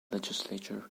legislature